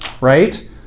right